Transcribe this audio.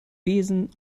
besen